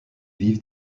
vivent